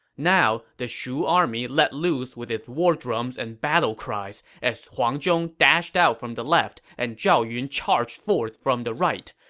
now, the shu army let loose with its war drums and battle cries as huang zhong dashed out from the left and zhao yun charged forth from the right.